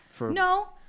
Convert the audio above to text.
No